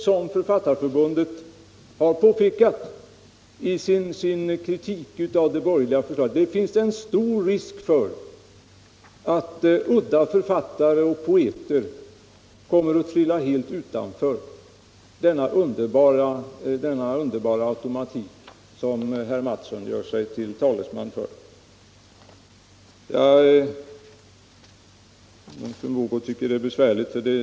Som Författarförbundet har påpekat i sin kritik av det borgerliga förslaget, är det en stor risk för att udda författare och poeter kommer att falla helt utanför denna underbara automatik som herr Mattsson gör sig till talesman för.